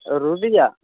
ᱨᱩᱵᱤᱭᱟᱜ